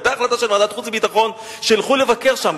היתה החלטה של ועדת חוץ וביטחון שילכו לבקר שם.